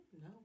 no